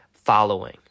Following